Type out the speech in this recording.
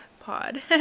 Pod